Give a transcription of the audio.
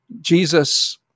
Jesus